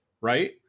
right